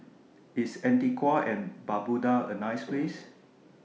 IS Antigua and Barbuda A nice Place